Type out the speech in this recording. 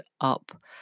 up